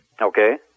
Okay